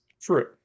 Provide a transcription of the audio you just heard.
True